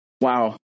Wow